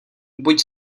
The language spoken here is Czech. buď